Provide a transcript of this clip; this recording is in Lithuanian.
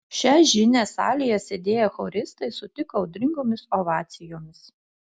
šią žinią salėje sėdėję choristai sutiko audringomis ovacijomis